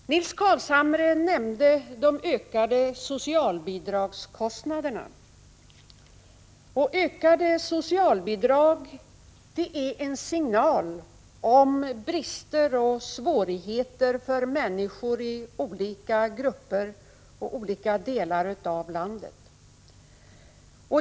Nils Carlshamre nämnde de ökade socialbidragskostnaderna. Ökade socialbidragstal är en signal om brister och svårigheter för människor i olika grupper och olika delar av landet.